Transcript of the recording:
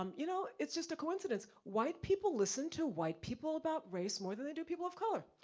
um you know it's just a coincidence. white people listen to white people about race more than they do people of color.